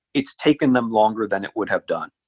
it's taken them longer than it would have done.